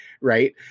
right